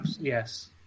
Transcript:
Yes